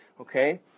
okay